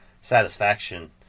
satisfaction